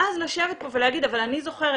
ואז לשבת פה ולהגיד: "אבל אני זוכרת